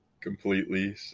Completely